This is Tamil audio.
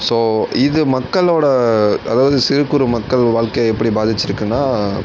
ஸோ இது மக்களோடய அதாவது சிறு குறு மக்கள் வாழ்க்கைய எப்படி பாதிச்சுருக்குன்னா